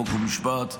חוק ומשפט,